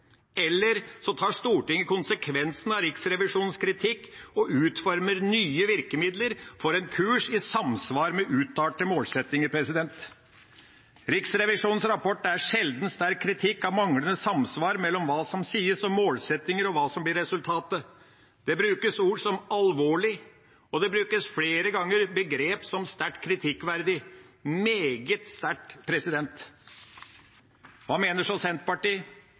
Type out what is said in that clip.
eller så tar Stortinget konsekvensen av Riksrevisjonens kritikk og utformer nye virkemidler for en kurs i samsvar med uttalte målsettinger. Riksrevisjonens rapport er sjeldent sterk kritikk av manglende samsvar mellom hva som sies om målsettinger, og hva som blir resultatet. Det brukes ord som «alvorlig», og det brukes flere ganger et begrep som «sterkt kritikkverdig». Det er meget sterkt. Hva mener så Senterpartiet?